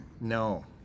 No